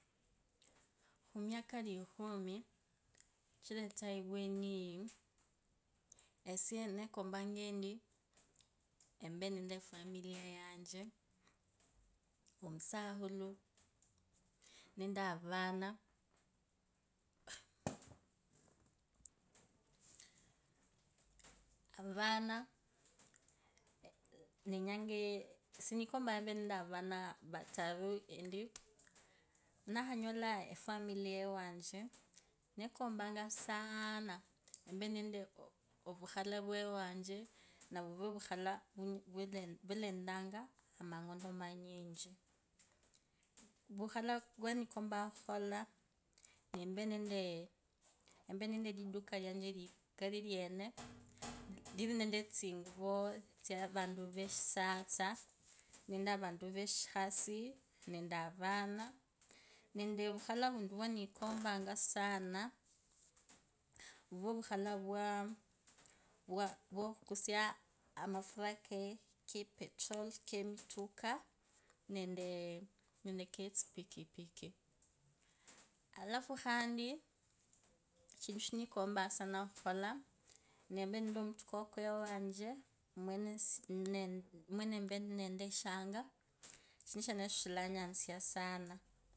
𝖪𝗁𝗎𝗆𝗂𝖺𝗄𝖺 𝗅𝗂𝗄𝗁𝗎𝗆𝗂 𝖼𝗁𝗂𝗋𝖾𝗍𝗌𝖺𝗇𝗀𝖺 𝗂𝗆𝖻𝖾𝗋𝗂 𝖾𝗒𝗂 𝖤𝗌𝗂𝖾 𝗇𝖽𝖾𝗄𝗈𝗆𝗉𝖺𝗇𝗀𝖺 𝖾𝗇𝖽𝗂 𝖾𝗆𝖻𝖾 𝗇𝖾𝗇𝖽𝖾 𝖾𝖿𝖺𝗆𝗂𝗅𝗂𝖺 𝗒𝖺𝗇𝗃𝖾m𝗈𝗆𝗎𝗌𝖺𝗄𝗁𝗎𝗅𝗎 𝗇𝖾𝗇𝖽𝖾 𝖺𝗏𝖺𝗇𝖺 avana 𝗇𝖽𝖾𝗇𝗒𝖺𝗇𝗀𝖺𝖺 𝖤𝗌𝗂𝖾 𝗇𝖽𝗂𝗄𝗈𝗆𝗉𝖺𝗇𝗀𝖺 𝖾𝗏𝖾𝗇𝖾𝗇𝖽𝖾 𝖺𝗏𝖺𝗇𝖺 𝗏𝖺𝗍𝖺𝗋𝗎 endi 𝗇𝗂𝗇𝖺𝗄𝗁𝖺𝗇𝗒𝗈𝗅𝖺 𝖾𝖿𝖺𝗆𝗂𝗅𝗂𝖺 𝗒𝖾𝗐𝖺𝗇𝗃𝖾 𝗇𝖽𝖾𝗄𝗈𝗆𝗉𝖺𝗇𝗀𝖺 𝗌𝖺𝖺𝗇𝖺 𝖾𝗆𝖻𝖾𝖾 𝗇𝖾𝗇𝖽𝖾 𝗈𝗆𝗎𝗄𝗁𝖺𝗅𝖺 𝗏𝗐𝖾𝗐𝖺𝗇𝗃𝖾 𝗇𝖾 𝗏𝗎𝗏𝖾 𝗈𝗏𝗎𝗄𝗁𝖺𝗅𝖺 𝗏𝗎𝗅𝖾𝗇𝖽𝖺𝗇𝗀𝖺 𝖺𝗆𝖺𝗇𝗀'𝗈𝗇𝖽𝗈 𝗆𝖺𝗇𝗒𝗂𝖼𝗁𝗂 𝗏𝗎𝗄𝗁𝖺𝗅𝖺 𝗋𝗐𝖾𝗇𝖽𝗂𝗄𝗈𝗆𝗉𝖺𝗇𝗀𝖺 𝗄𝗁𝗎𝗄𝗁𝗈𝗅𝖺 𝖾𝗆𝖻𝖾 𝗇𝖾𝗇𝖽𝖾 𝗅𝗂𝖽𝗎𝗄𝖺 𝗅𝗂𝗄𝖺𝗅𝗂 𝗅𝗂𝖾𝗇𝖾 𝗅𝗂𝗅𝗂𝗇𝖾𝗇𝖽𝖾𝗍𝗌𝗂𝗇𝗀𝗎𝗏𝖾 𝗍𝗌𝖺 𝗏𝖺𝗇𝖽𝗎 𝗏𝖾𝗌𝗁𝗂𝗌𝖺𝗍𝗌𝖺 𝗇𝖾𝗇𝖽𝖾 𝗎𝗏𝗎𝗄𝗁𝖺𝗅𝖺 𝖵𝗎𝗇𝖽𝗂 𝗏𝗐𝖾𝗇𝖽𝗂𝗄𝗈𝗆𝗉𝖺𝗇𝗀𝖺 𝗌𝖺𝗇𝖺 𝗏𝗎𝗏𝖾 𝗈𝗆𝗎𝗄𝗁𝖺𝗅𝖺 𝗏𝗐𝖺𝗏𝗐𝖺 𝗏𝗐𝗈𝗄𝗁𝗎𝗄𝗎𝗌𝗂𝖺 𝖺𝗆𝖺𝖿𝗎𝗋𝖺 𝗄𝖾𝗉𝖾𝗍𝗂𝗋𝗈𝗅𝗂 𝗄𝖾𝗆𝗂𝗍𝗎𝗄𝖺 𝗇𝖾𝗇𝖽𝖾𝖾 𝗄𝖾 𝗉𝗂𝗄𝗂𝗉𝗂𝗄𝗂 𝖺𝗅𝖺𝖿𝗎 𝗄𝗁𝖺𝗇𝖽𝗂 𝗌𝗁𝗂𝗇𝖽𝗎 𝗌𝗁𝗂𝗇𝖽𝗂 𝗄𝗈𝗆𝗉𝖺𝗇𝗀𝖺 𝗄𝗁𝗎𝗄𝗁𝗈𝗅𝖺 𝖾𝗆𝗉𝖾 𝗇𝖾𝗇𝖽𝖾 𝗆𝗎𝗍𝗎𝗄𝖺 𝗄𝗐𝖾𝗐𝖺𝗇𝗃𝖾 𝗈𝗆𝗐𝖾𝗇𝖾 𝗌𝗂𝖾 𝗎𝗆𝗐𝖾𝗇𝖽𝖾 𝖾𝗆𝗉𝖾𝗇𝗂𝗇𝖾𝗇𝖽𝖾𝗌𝗁𝖺𝗇𝗀𝖺 𝗌𝗁𝗂𝗇𝖽𝗎 𝗌𝗁𝖾𝗇𝖾𝗌𝗁𝗈 𝗌𝗁𝗂𝗅𝖺𝗇𝗒𝖺𝗍𝗌𝗂𝗌𝗂𝖺 𝗌𝖺𝗇𝖺.